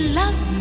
love